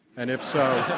and if so